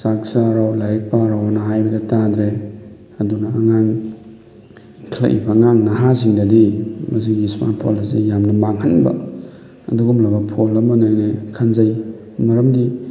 ꯆꯥꯛ ꯆꯥꯔꯣ ꯂꯥꯏꯔꯤꯛ ꯄꯥꯔꯣꯅ ꯍꯥꯏꯕꯗ ꯇꯥꯗ꯭ꯔꯦ ꯑꯗꯨꯅ ꯑꯉꯥꯡ ꯏꯟꯈꯠꯂꯛꯏꯕ ꯑꯉꯥꯡ ꯅꯍꯥꯁꯤꯡꯗꯗꯤ ꯃꯁꯤꯒꯤ ꯏ꯭ꯁꯃꯥꯔꯠ ꯐꯣꯟ ꯑꯁꯦ ꯌꯥꯝꯅ ꯃꯥꯡꯍꯟꯕ ꯑꯗꯨꯒꯨꯝꯂꯕ ꯐꯣꯟ ꯑꯃꯅꯦꯅ ꯈꯟꯖꯩ ꯃꯔꯝꯗꯤ